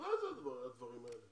מה זה הדברים האלה?